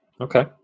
Okay